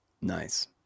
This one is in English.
Nice